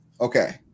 Okay